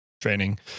training